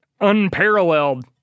unparalleled